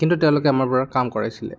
কিন্তু তেওঁলোকে আমাৰপৰা কাম কৰাইছিলে